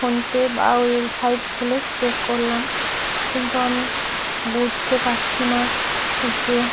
phone pay বা website খুলে check করলাম কিন্তু আমি বুঝতে পারছি না যে